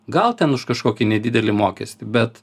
gal ten už kažkokį nedidelį mokestį bet